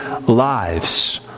lives